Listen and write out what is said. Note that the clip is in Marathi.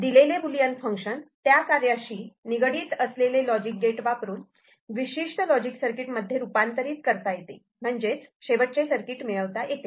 दिलेले बुलियन फंक्शन त्या कार्याशी निगडित असलेले लॉजिक गेट वापरून विशिष्ट लॉजिक सर्किट मध्ये रूपांतरित करता येते म्हणजेच शेवटचे सर्किट मिळवता येते